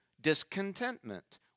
discontentment